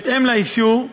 בהתאם לאישור,